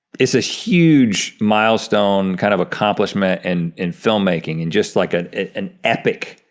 it's a huge milestone, kind of accomplishment, and in filmmaking, in just like an an epic,